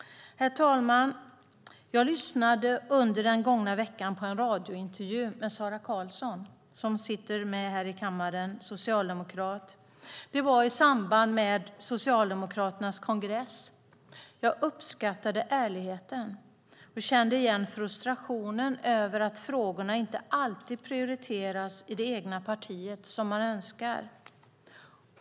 Jag lyssnade under den gångna veckan på en radiointervju med Sara Karlsson - hon är socialdemokrat och sitter här i kammaren - i samband med Socialdemokraternas kongress. Jag uppskattade ärligheten och kände igen frustrationen över att frågorna inte alltid prioriteras i det egna partiet som man önskar.